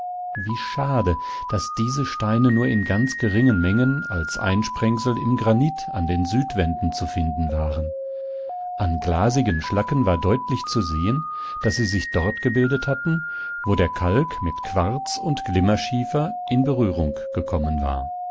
wie schade daß diese steine nur in ganz geringen mengen als einsprengsel im granit an den südwänden zu finden waren an glasigen schlacken war deutlich zu sehen daß sie sich dort gebildet hatten wo der kalk mit quarz und glimmerschiefer in berührung gekommen war